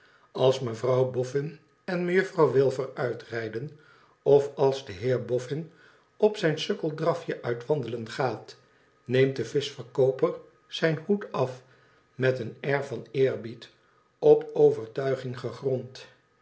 als mevrouw bofïin en mejuffrouw wilfer uitrijden of als de heer boffin op zijn sukkeldrafje uit wandelen gaat neemt de vischverkooper zijn hoed af met een air van eerbied op overtuiging gegrond